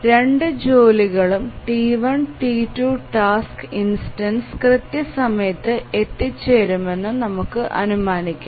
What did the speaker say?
രണ്ട് ജോലികളും T1 T2 task instance കൃത്യസമയത്ത് എത്തിച്ചേരുമെന്ന് നമുക്ക് അനുമാനിക്കാം